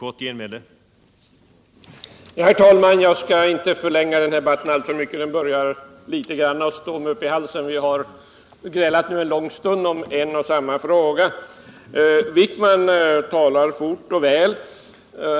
Herr talman! Jag skall inte förlänga debatten alltför mycket. Den börjar att stå mig upp i halsen. Vi har nu grälat en lång stund om en och samma fråga. Anders Wijkman talar fort och väl.